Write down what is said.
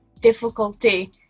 difficulty